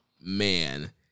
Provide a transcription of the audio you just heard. man